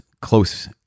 close